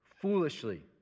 foolishly